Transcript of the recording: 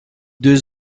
deux